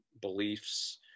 beliefs